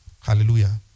Hallelujah